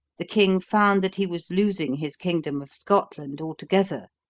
the king found that he was losing his kingdom of scotland altogether.